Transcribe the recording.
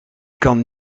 kan